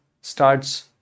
starts